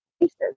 places